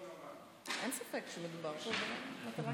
אין ספק שמדובר פה במטלה קשה.